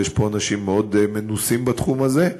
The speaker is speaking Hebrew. ויש פה אנשים מאוד מנוסים בתחום הזה.